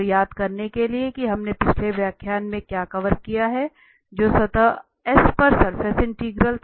तो याद करने के लिए कि हमने पिछले व्याख्यान में क्या कवर किया है जो सतह S पर सरफेस इंटीग्रल था